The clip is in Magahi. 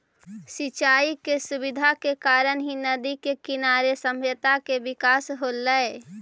सिंचाई के सुविधा के कारण ही नदि के किनारे सभ्यता के विकास होलइ